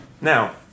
Now